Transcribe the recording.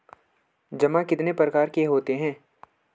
जमा कितने प्रकार के होते हैं?